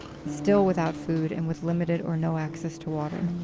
still without food and with limited or no access to water.